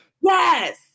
yes